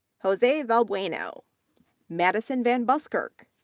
jose valbuena, you know madison van buskirk,